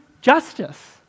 justice